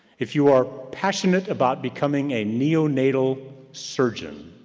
if you are passionate about becoming a neonatal surgeon,